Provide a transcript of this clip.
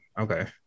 Okay